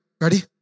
ready